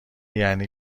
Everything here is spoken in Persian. یعنی